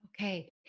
Okay